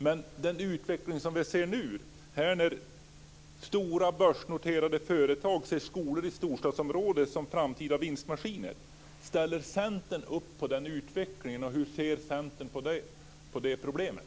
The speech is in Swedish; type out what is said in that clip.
Men den utveckling som vi ser nu är stora börsnoterade företag som ser skolor i storstadsområden som framtida vinstmaskiner. Ställer Centern upp på den utvecklingen? Hur ser Centern på det problemet?